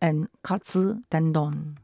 and Katsu Tendon